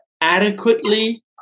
adequately